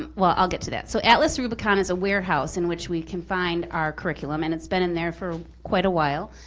um well, i'll get to that. so atlas rubicon is a warehouse in which we can find our curriculum, and it's been in there for quite a while.